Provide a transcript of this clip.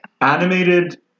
Animated